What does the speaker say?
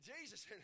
Jesus